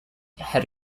had